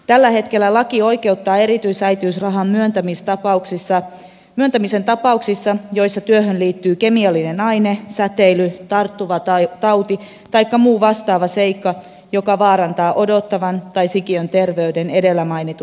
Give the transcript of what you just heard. tällä hetkellä laki oikeuttaa erityisäitiysrahan myöntämisen tapauksissa joissa työhön liittyy kemiallinen aine säteily tarttuva tauti taikka muu vastaava seikka joka vaarantaa odottavan tai sikiön terveyden edellä mainituissa tilanteissa